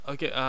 Okay